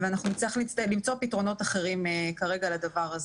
ואנחנו נצטרך למצוא פתרונות אחרים כרגע לדבר הזה.